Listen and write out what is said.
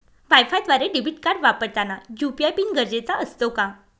वायफायद्वारे debit card वापरताना UPI PIN गरजेचा असतो का?